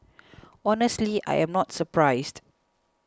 honestly I am not surprised